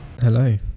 Hello